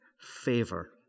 favor